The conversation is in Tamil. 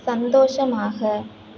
சந்தோஷமாக